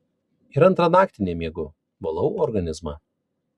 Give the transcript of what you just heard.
ir antrą naktį nemiegu valau organizmą